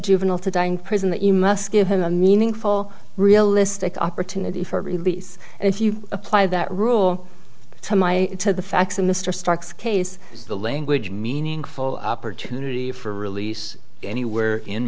juvenile to die in prison that you must give him a meaningful realistic opportunity for release and if you apply that rule to my to the facts of mr stark's case the language meaningful opportunity for release anywhere in